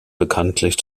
bekanntlich